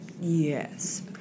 Yes